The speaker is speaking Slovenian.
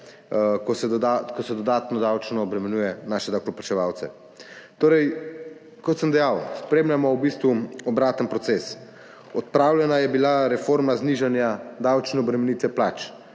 ko se dodatno davčno obremenjuje naše davkoplačevalce. Kot sem dejal, spremljamo v bistvu obraten proces. Odpravljena je bila reforma znižanja davčne obremenitve plač,